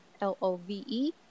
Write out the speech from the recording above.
L-O-V-E